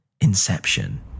Inception